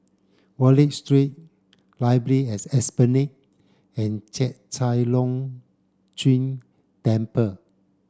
Wallich Street Library at Esplanade and Chek Chai Long Chuen Temple